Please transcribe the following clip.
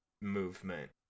movement